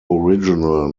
original